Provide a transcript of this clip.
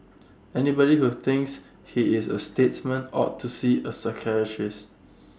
anybody who thinks he is A statesman ought to see A psychiatrist